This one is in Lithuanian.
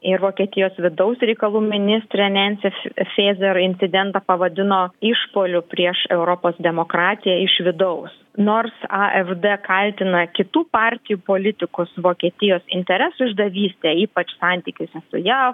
ir vokietijos vidaus reikalų ministrė nensis fėzer incidentą pavadino išpuoliu prieš europos demokratiją iš vidaus nors afd kaltina kitų partijų politikus vokietijos interesų išdavyste ypač santykiuose su jav